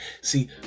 See